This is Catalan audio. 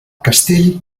castell